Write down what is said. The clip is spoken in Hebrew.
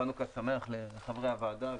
חנוכה שמח לחברי הוועדה,